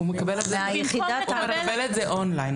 הוא מקבל את זה אונליין.